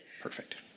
Perfect